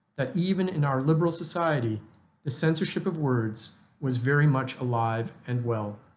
that even in our liberal society the censorship of words was very much alive and well.